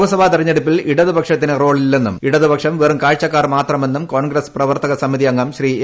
ലോക്സഭാ തെരഞ്ഞെടുപ്പിൽ ഇടതു പക്ഷത്തിന് റോളില്ലെന്നും ഇടുതപക്ഷം വെറും കാഴ്ചക്കാർ മാത്രമെന്നും കോൺഗ്രസ്സ് പ്രവർത്തക സമിതിഅംഗം ശ്രീ എ